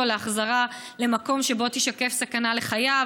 להחזרה למקום שבו תישקף סכנה לחייו,